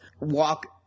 walk